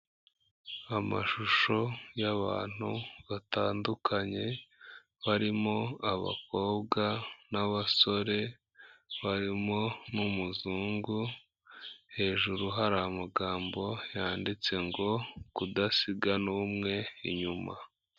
Amashusho y'abantu batandukanye barimo abakobwa n'abasore, barimo n'umuzungu hejuru hari amagambo yanditse ngo kudasiga n'umwe inyuma.